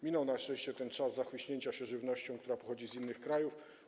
Minął na szczęście ten czas zachłyśnięcia się żywnością, która pochodzi z innych krajów.